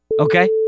okay